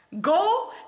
go